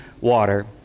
water